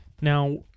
Now